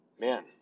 man